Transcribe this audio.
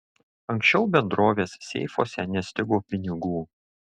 anksčiau bendrovės seifuose nestigo pinigų